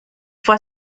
fue